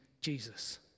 Jesus